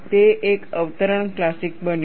તે એક અવતરણ ક્લાસિક બન્યું